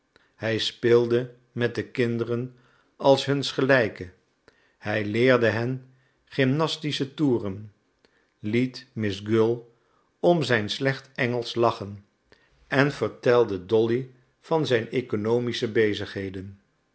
hij speelde met de kinderen als huns gelijke hij leerde hen gymnastische toeren liet miss gull om zijn slecht engelsch lachen en vertelde dolly van zijn oeconomische bezigheden